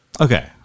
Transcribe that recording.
Okay